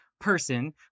person